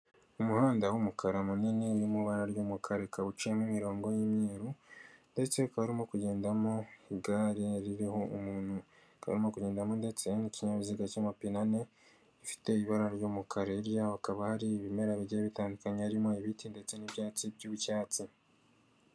Umuhanda w'umukara munini w'ibara ry'umukara ukaba uciyemo imirongo y'imyeru ndetse ukaba uri kugendamo igare ririho umuntu, akaba arimo kugendamo ndetse n'ikinyabiziga cy'amapine afite ibara ry'umukara hakaba hari ibimera bigiye bitandukanye harimo ibiti ndetse n'ibyatsi by'icyatsi.